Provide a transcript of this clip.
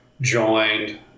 joined